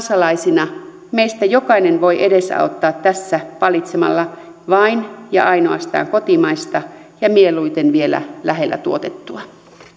kansalaisina meistä jokainen voi edesauttaa tässä valitsemalla vain ja ainoastaan kotimaista ja mieluiten vielä lähellä tuotettua